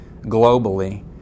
globally